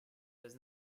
does